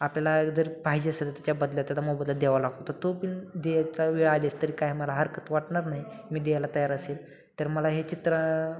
आपल्याला जर पाहिजे असेल तर त्याबदल्यात त्याचा मोबदला द्यावा लागतो तो पण द्यायचा वेळ आलीच तरी काय मला हरकत वाटणार नाही मी द्यायला तयार असेल तर मला हे चित्र